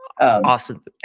Awesome